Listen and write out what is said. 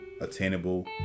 attainable